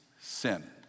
sin